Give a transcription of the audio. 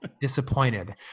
disappointed